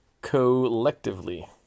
collectively